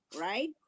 right